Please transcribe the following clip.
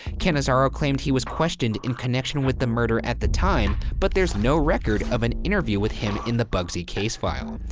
cannizzaro claimed he was questioned in connection with the murder at the time, but there's no record of an interview with him in the bugsy case file.